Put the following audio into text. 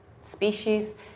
species